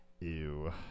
Ew